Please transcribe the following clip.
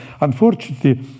unfortunately